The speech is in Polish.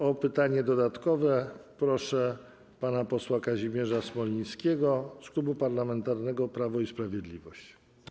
O pytanie dodatkowe proszę pana posła Kazimierza Smolińskiego z Klubu Parlamentarnego Prawo i Sprawiedliwość.